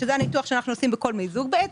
וזה ניתוח שאנחנו עושים בכל מיזוג.